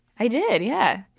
i did, yeah.